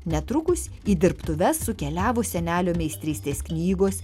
netrukus į dirbtuves sukeliavo senelio meistrystės knygos